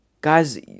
Guys